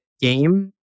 game